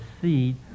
seed